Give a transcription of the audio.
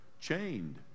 chained